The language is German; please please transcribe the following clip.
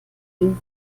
den